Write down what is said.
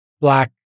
black